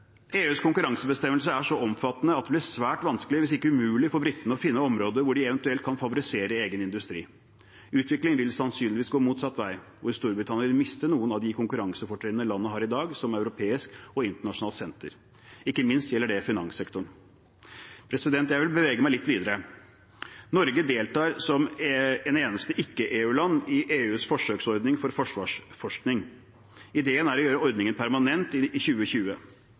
EUs konkurransebestemmelser er så omfattende at det blir svært vanskelig, om ikke umulig, for britene å finne områder hvor de eventuelt kan favorisere egen industri. Utviklingen vil sannsynligvis gå motsatt vei, og Storbritannia vil miste noen av konkurransefortrinnene landet i dag har som europeisk og internasjonalt senter. Det gjelder ikke minst finanssektoren. Jeg vil bevege meg litt videre. Norge deltar som eneste ikke-EU-land i EUs forsøksordning for forsvarsforskning. Ideen er å gjøre ordningen permanent i 2020.